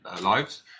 lives